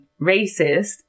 racist